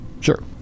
Sure